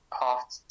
half